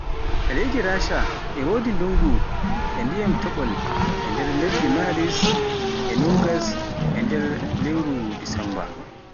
E leydi Rasha e wodi ndungu e dyiman topol e nder lebbe Maris e nogas e Desemba